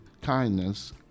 Kindness